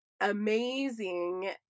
amazing